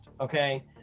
okay